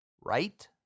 right